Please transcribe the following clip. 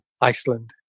Iceland